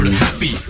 happy